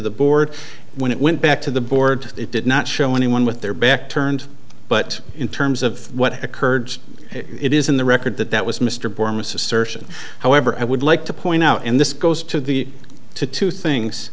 the board when it went back to the board it did not show anyone with their back turned but in terms of what occurred it is in the record that that was mr brewer miss assertion however i would like to point out and this goes to the to two things